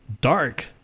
dark